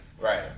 Right